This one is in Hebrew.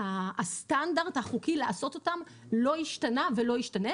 שהסטנדרט החוקי לעשות אותם לא השתנה ולא ישתנה.